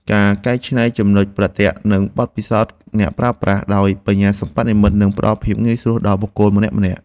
ការកែច្នៃចំណុចប្រទាក់ និងបទពិសោធន៍អ្នកប្រើប្រាស់ ដោយ បញ្ញាសិប្បនិម្មិត នឹងផ្ដល់ភាពងាយស្រួលដល់បុគ្គលម្នាក់ៗ។